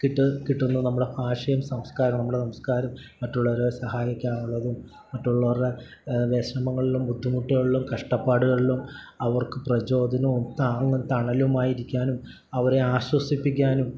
കിട്ടുന്നു നമ്മളുടെ ഭാഷയും സംസ്കാരവും നമ്മുടെ സംസ്കാരം മറ്റുള്ളവരെ സഹായിക്കുകയെന്നുള്ളതും മറ്റുള്ളവരുടെ വിഷമങ്ങളിലും ബുദ്ധിമുട്ടുകളിലും കഷ്ടപ്പാടുകളിലും അവർക്ക് പ്രചോദനവും താങ്ങും തണലുമായിരിക്കാനും അവരെ ആശ്വസിപ്പിക്കാനും